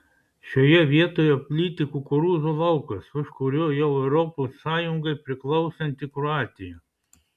šioje vietoje plyti kukurūzų laukas už kurio jau europos sąjungai priklausanti kroatija